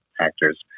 actors